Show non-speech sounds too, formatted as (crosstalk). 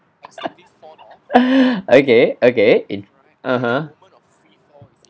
(laughs) (breath) okay okay in (uh huh)